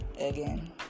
again